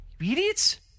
Idiots